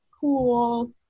cool